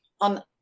on